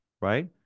right